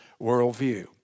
worldview